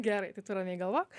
gerai tai tu ramiai galvok